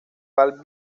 palm